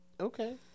Okay